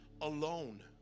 alone